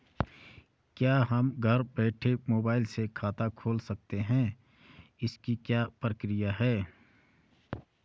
क्या हम घर बैठे मोबाइल से खाता खोल सकते हैं इसकी क्या प्रक्रिया है?